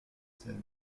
seine